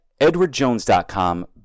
edwardjones.com